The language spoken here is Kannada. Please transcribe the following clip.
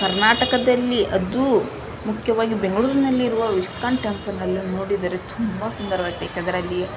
ಕರ್ನಾಟಕದಲ್ಲಿ ಅದು ಮುಖ್ಯವಾಗಿ ಬೆಂಗಳೂರಿನಲ್ಲಿರುವ ಇಸ್ಕಾನ್ ಟೆಂಪಲಿನಲ್ಲಿ ನೋಡಿದರೆ ತುಂಬ ಸುಂದರವಾಗಿದೆ ಏಕೆಂದರೆ ಅಲ್ಲಿ